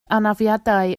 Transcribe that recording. anafiadau